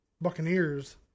Buccaneers